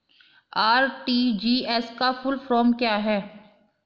RTGS का full form क्या है?